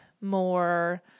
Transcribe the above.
more